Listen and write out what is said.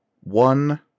One